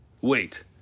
Wait